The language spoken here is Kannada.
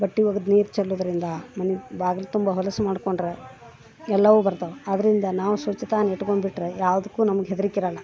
ಬಟ್ಟೆ ಒಗೆದ ನೀರು ಚಲ್ಲೋದ್ರಿಂದ ಮನೆ ಬಾಗಿಲು ತುಂಬ ಹೊಲಸು ಮಾಡ್ಕೊಂಡ್ರೆ ಎಲ್ಲಾವು ಬರ್ತಾವೆ ಆದ್ದರಿಂದ ನಾವು ಸ್ವಚತಾನಿಟ್ಟುಕೊಂಬಿಟ್ಟರೆ ಯಾವುದಕ್ಕೂ ನಮ್ಗೆ ಹೆದ್ರಿಕಿರೋಲ್ಲ